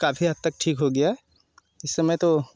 काफी हद तक ठीक हो गया इस समय तो